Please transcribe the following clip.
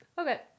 Okay